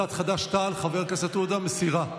קבוצת חד"ש-תע"ל, חבר הכנסת עודה, מסירה.